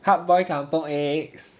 hard boil kampung egg